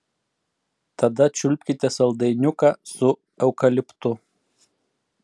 tada čiulpkite saldainiuką su eukaliptu